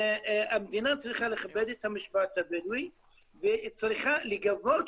והמדינה צריכה לכבד את המשפט הבדואי וצריכה גם לגבות